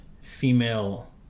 female